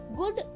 good